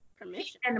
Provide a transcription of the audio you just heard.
Permission